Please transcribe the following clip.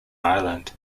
island